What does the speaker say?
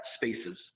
spaces